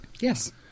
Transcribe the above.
Yes